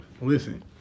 Listen